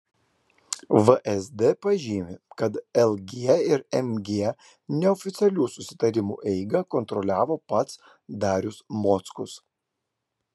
vsd pažymi kad lg ir mg neoficialių susitarimų eigą kontroliavo pats darius mockus